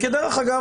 כדרך אגב,